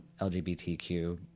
LGBTQ